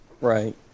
Right